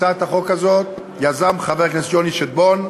את הצעת החוק הזאת יזם חבר הכנסת יוני שטבון.